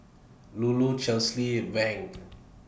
Lulu Chesley and Vaughn